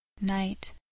Night